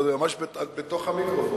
פה את ממש בתוך המיקרופון.